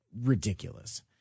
ridiculous